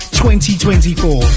2024